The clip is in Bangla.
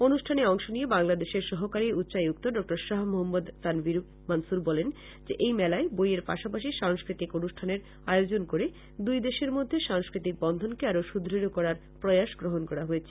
অনুষ্ঠানে অংশ নিয়ে বাংলাদেশের সহকারী উচ্চায়ুক্ত ডক্টর শ্বাহ মহাম্মদ তানভির মনসুর বলেন যে এই মেলায় বইয়ের পাশা পাশি সাংস্কৃতিক অনুষ্ঠানের আয়োজন করে দুই দেশের মধ্যে সাংকৃতিক বন্ধনকে আরো সুদ্য় করার প্রয়াস গ্রহণ করা হয়েছে